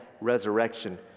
resurrection